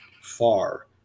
far